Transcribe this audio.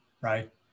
right